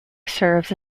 serves